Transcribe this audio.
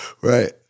right